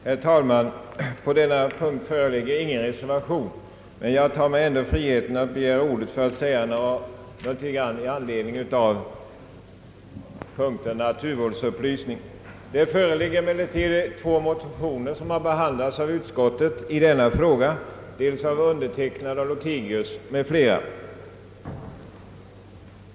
Herr talman! På denna punkt föreligger ingen reservation, men jag tar mig ändå friheten att begära ordet för att säga några ord med anledning av punkten Naturvårdsupplysning. Utskottet har under denna punkt behandlat två motioner av undertecknad och herr Lothigius m.fl.